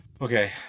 okay